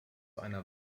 einer